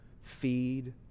feed